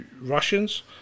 Russians